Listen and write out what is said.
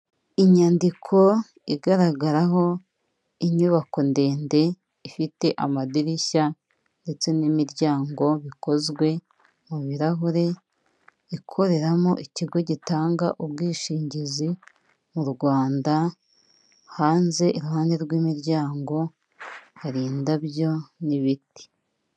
Inyandiko igaragaraho inyubako ndende ifite amadirishya ndetse n'imiryango bikozwe mu birarahure, ikoreramo ikigo gitanga ubwishingizi mu Rwanda hanze iruhande rw'imiryango hari indabyo n'ibiti.